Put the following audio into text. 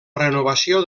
renovació